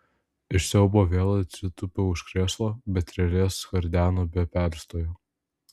iš siaubo vėl atsitūpiau už krėslo bet trelė skardeno be perstojo